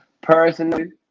Personally